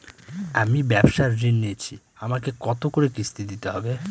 আমি ব্যবসার ঋণ নিয়েছি আমাকে কত করে কিস্তি দিতে হবে?